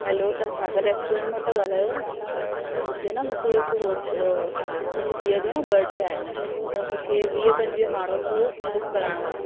hello तव्हां Sagar restaurant मां था ॻाल्हायो हुते न मूंखे हिकु हा मुंहिंजी धीअ जो न बडे आहे त मूंखे वीह पंजुवीह माण्हुनि जो बुक कराइणो आहे